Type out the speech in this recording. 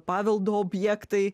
paveldo objektai